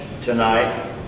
tonight